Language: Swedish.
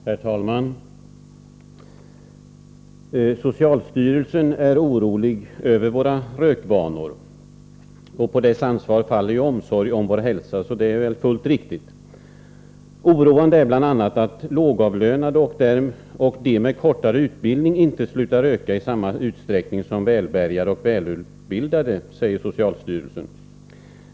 Herr talman! Socialstyrelsen är orolig över våra rökvanor. På socialstyrelsen faller ansvaret för omsorgen om vår hälsa, så det är väl fullt riktigt. Oroande är bl.a. att lågavlönade och de med kortare utbildning inte slutar röka i samma utsträckning som välbärgade och välutbildade, säger socialstyrelsen.